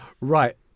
Right